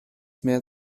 mehr